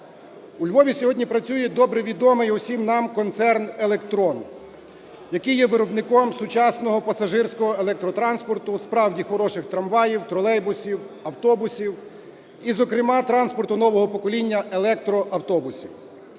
У Львові сьогодні працює добре відомий усім нам "Концерн-Електрон", який є виробником сучасного пасажирського електротранспорту, справді хороших трамваїв, тролейбусів, автобусів і, зокрема, транспорту нового покоління –електроавтобусів.